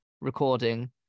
recording